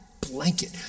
blanket